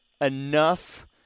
enough